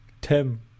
Tim